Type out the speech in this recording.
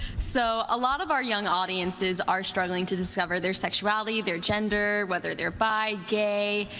so a lot of our young audiences are struggling to discover their sexuality, their gender, whether they are bi, gay,